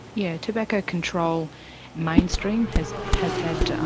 yeah, tobacco control mainstream has has had